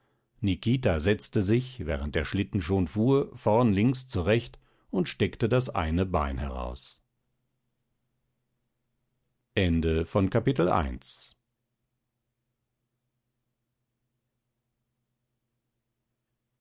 nikita setzte sich während der schlitten schon fuhr vorn links zurecht und steckte das eine bein heraus